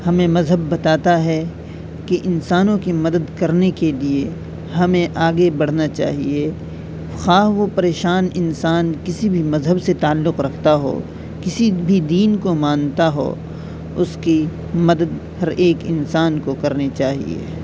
ہمیں مذہب بتاتا ہے کہ انسانوں کی مدد کرنے کے لیے ہمیں آگے بڑھنا چاہیے خواہ وہ پریشان انسان کسی بھی مذہب سے تعلق رکھتا ہو کسی بھی دین کو مانتا ہو اس کی مدد ہر ایک انسان کو کرنی چاہیے